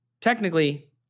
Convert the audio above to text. Technically